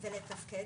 את נראית מעולה,